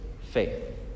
faith